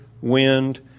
wind